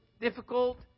difficult